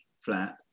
flat